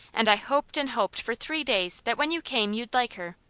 and i hoped and hoped for three days that when you came you'd like her.